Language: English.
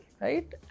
right